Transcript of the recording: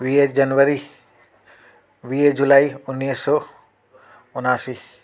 वीह जनवरी वीह जुलाई उणिवीह सौ उनासी